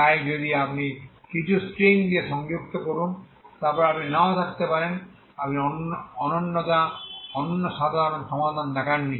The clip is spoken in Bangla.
তাই যদি আপনি কিছু স্ট্রিং দিয়ে সংযুক্ত করুন তারপর আপনি নাও থাকতে পারেন আপনি অনন্যতা অনন্য সমাধান দেখাননি